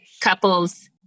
couples